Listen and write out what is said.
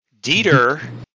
Dieter